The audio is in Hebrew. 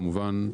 כמובן,